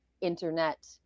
internet